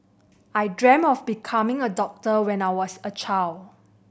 I dreamt of becoming a doctor when I was a child